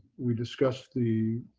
we discussed the